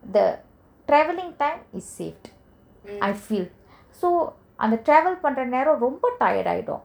the travelling time is saved I feel so அந்த:antha travel பன்ர நேரோ ரொம்ப:panra nero romba tired ஆயிடு:aayidu